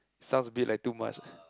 sounds bit like too much